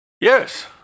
Yes